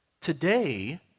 Today